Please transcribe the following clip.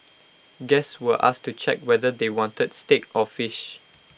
guests were asked to check whether they wanted steak or fish